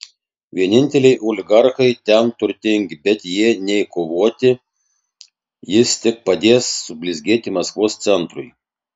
vieninteliai oligarchai ten turtingi bet jie nei kovoti jis tik padės sublizgėti maskvos centrui